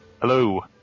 Hello